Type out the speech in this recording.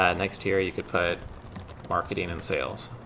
ah next here, you could put marketing and sales.